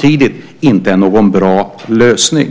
Det är inte någon bra lösning.